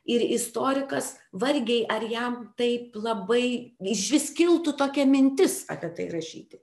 ir istorikas vargiai ar jam taip labai išvis kiltų tokia mintis apie tai rašyti